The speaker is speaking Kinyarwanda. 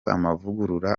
amavugurura